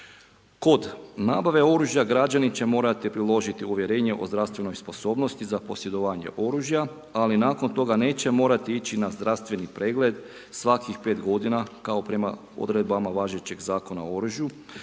Kod nabave oružja građanin će morati priložiti uvjerenje o zdravstvenoj sposobnosti za posjedovanje oružja, ali nakon toga neće morati ići na zdravstveni pregled svakih 5 godina kao prema odredbama važećeg Zakona o oružju,